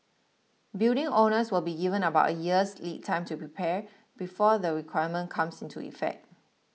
building owners will be given about a year's lead time to prepare before the requirement comes into effect